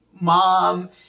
mom